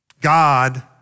God